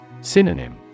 Synonym